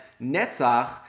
netzach